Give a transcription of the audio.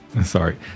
sorry